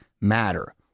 matter